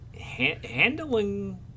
handling